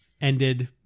ended